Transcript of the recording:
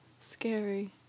scary